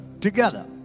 together